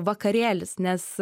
vakarėlis nes